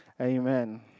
Amen